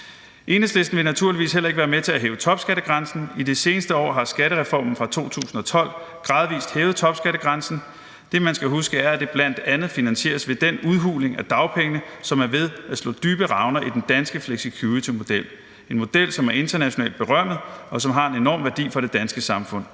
Enhedslisten vil naturligvis heller ikke være med til at hæve topskattegrænsen. I det seneste år har skattereformen fra 2012 gradvis hævet topskattegrænsen. Det, man skal huske, er, at det bl.a. finansieres ved den udhuling er dagpengene, som er ved at slå dybe revner i den danske flexicuritymodel – en model, som er internationalt berømmet, og som har en enorm værdi for det danske samfund,